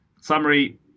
summary